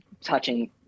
touching